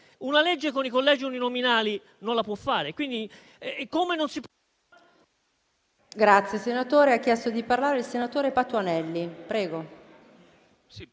una legge con i collegi uninominali non la può fare.